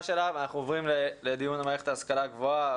שלה ואנחנו עוברים לדיון במערכת ההשכלה הגבוהה.